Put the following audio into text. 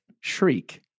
Shriek